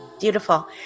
Beautiful